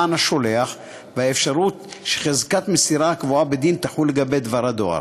מען השולח והאפשרות שחזקת מסירה הקבועה בדין תחול לגבי דבר הדואר.